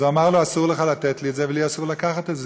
אז הוא אמר לו: אסור לך לתת לי את זה ולי אסור לקחת את זה.